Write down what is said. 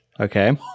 Okay